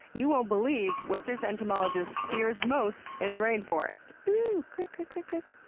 you won't believe what this entomologist fears most in the rainforest! ooooh! click, click, click.